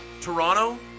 Toronto